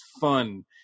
fun